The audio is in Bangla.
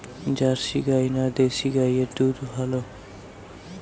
জার্সি গাই না দেশী গাইয়ের দুধ ভালো?